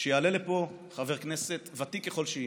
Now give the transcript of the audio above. שיעלה לפה חבר כנסת, ותיק ככל שיהיה,